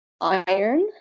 iron